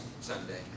Sunday